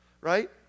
right